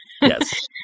Yes